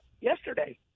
yesterday